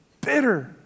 bitter